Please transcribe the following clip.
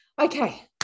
okay